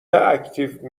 اکتیو